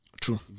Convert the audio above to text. True